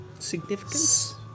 Significance